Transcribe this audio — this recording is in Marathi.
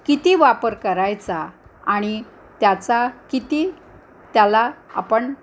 किती वापर करायचा आणि त्याचा किती त्याला आपण